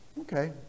Okay